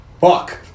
fuck